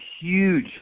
huge